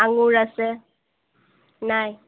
আঙুৰ আছে নাই